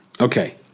Okay